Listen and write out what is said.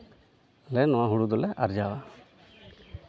ᱞᱮ ᱱᱚᱣᱟ ᱦᱩᱲᱩ ᱫᱚᱞᱮ ᱟᱨᱡᱟᱣᱟ